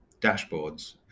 Dashboards